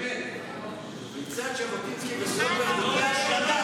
בגלל ז'בוטינסקי היי, היי, די,